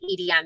EDM